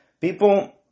People